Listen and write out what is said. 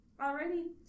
already